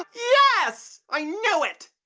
yes, i knew it.